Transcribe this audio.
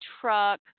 truck